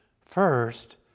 First